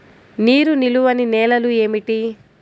నీరు నిలువని నేలలు ఏమిటి?